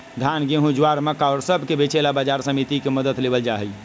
धान, गेहूं, ज्वार, मक्का और सब के बेचे ला बाजार समिति के मदद लेवल जाहई